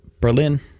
Berlin